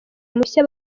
mushya